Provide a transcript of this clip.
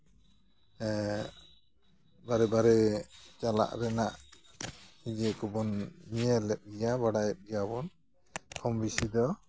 ᱵᱟᱨᱮ ᱵᱟᱨᱮ ᱪᱟᱞᱟᱜ ᱨᱮᱱᱟᱜ ᱤᱭᱟᱹ ᱠᱚᱵᱚᱱ ᱧᱮᱞᱮᱫ ᱜᱮᱭᱟ ᱵᱟᱰᱟᱭᱮᱫ ᱜᱮᱭᱟ ᱠᱚᱢ ᱵᱤᱥᱤ ᱫᱚ